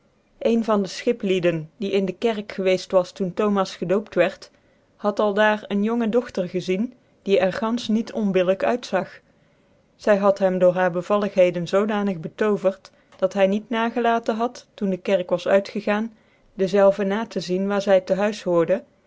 een van de schiplieden die in de kerk gewceft was toen thomas gedoopt wierd had aldaar een jonge dochter gezien die er ganfeh niet onbillijk uit zag zy had hem door haar bevalligheden zoodanig betovert dat hy niet nagelaten had toen de kerk was uitgegaan dezelve na te zien waar zy te huis hoorde